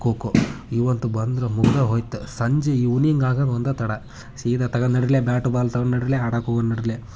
ಖೋ ಖೋ ಇವಂತು ಬಂದ್ರೆ ಮುಗಿದೆ ಹೋಯಿತು ಸಂಜೆ ಈವ್ನಿಂಗ್ ಆಗದು ಒಂದೇ ತಡ ಸೀದಾ ತಗಂಡು ನಡಿರಲೆ ಬ್ಯಾಟು ಬಾಲ್ ತಗಂಡು ನಡಿರಲೆ ಆಡಕೋಗಣ ನಡಿಲೆ